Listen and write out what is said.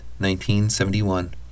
1971